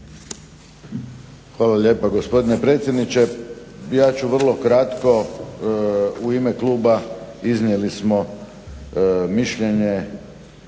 Hvala lijepa gospodine predsjedniče. Ja ću vrlo kratko. U ime kluba iznijeli smo mišljenje